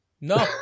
No